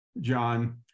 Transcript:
John